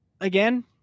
again